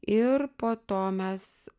ir po to mes